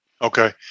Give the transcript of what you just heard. Okay